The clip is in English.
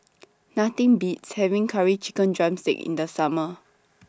Nothing Beats having Curry Chicken Drumstick in The Summer